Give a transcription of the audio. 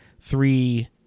three